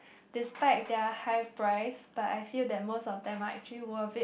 despite their high price but I feel that most of them are actually worth it